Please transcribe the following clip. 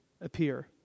appear